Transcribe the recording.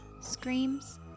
Screams